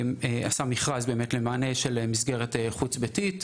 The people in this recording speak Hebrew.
משרד הרווחה עשה מכרז למענה של מסגרת חוץ ביתית,